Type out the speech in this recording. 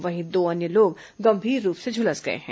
वहीं दो अन्य लोग गंभीर रूप से झुलस गए हैं